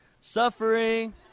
Suffering